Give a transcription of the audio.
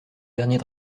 dernier